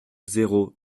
zéro